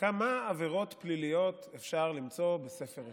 כמה עבירות פליליות אפשר למצוא בספר אחד.